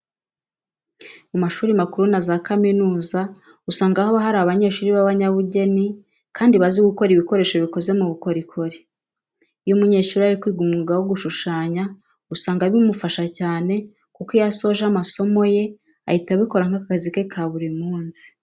Mu mashuri makuru na za kaminuza usanga haba hari abanyeshuri b'abanyabugeni kandi bazi gukora ibikoresho bikoze mu bukorikori. Iyo umunyeshuri ari kwiga umwuga wo gushushanya, usanga bimufasha cyane kuko iyo asoje amasomo ye ahita abikora nk'akazi ke ka buri munsi.